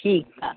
ठीकु आहे